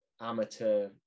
amateur